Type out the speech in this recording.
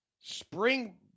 spring